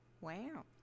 Wow